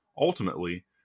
Ultimately